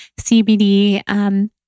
CBD